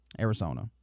Arizona